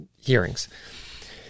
hearings